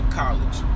college